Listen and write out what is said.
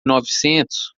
novecentos